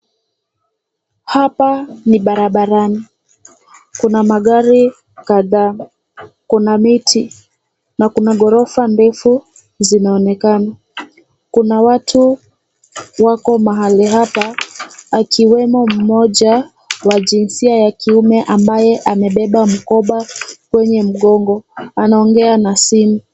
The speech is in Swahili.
Hapa ni barabarani. Kuna magari kadhaa, kuna miti na kuna ghorofa ndefu zinaonekana. Kuna watu wako mahali hapa akiwemo mmoja wa jinsia ya kiume ambaye amebeba mkoba kwenye mgongo, anaongea na simu.